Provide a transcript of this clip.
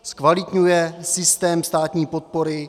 Zkvalitňuje systém státní podpory?